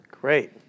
Great